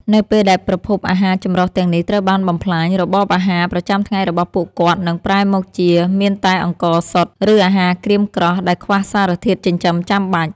នៅពេលដែលប្រភពអាហារចម្រុះទាំងនេះត្រូវបានបំផ្លាញ របបអាហារប្រចាំថ្ងៃរបស់ពួកគាត់នឹងប្រែមកជាមានតែអង្ករសុទ្ធ ឬអាហារក្រៀមក្រោះដែលខ្វះសារធាតុចិញ្ចឹមចាំបាច់។